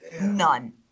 none